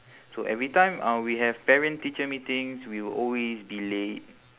so every time uh we have parent teacher meetings we will always be late